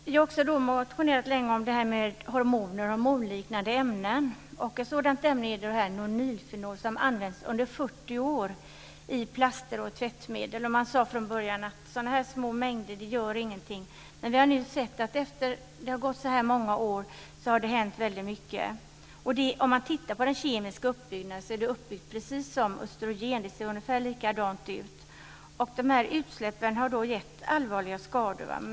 Jag har också motionerat länge om hormoner och hormonliknande ämnen. Ett sådant ämne är nonylfenol som använts under 40 år i plaster och tvättmedel. Man sade från början att sådana här små mängder inte gör någonting. Men vi har nu sett, efter att det har gått så här många år, att det har hänt väldigt mycket. Om man tittar på den kemiska uppbyggnaden ser man att det är uppbyggt precis som östrogen. Det ser ungefär likadant ut. De här utsläppen har gett allvarliga skador.